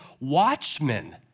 watchmen